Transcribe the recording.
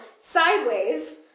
sideways